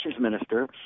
minister –